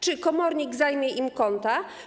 Czy komornik zajmie im konta?